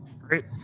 Great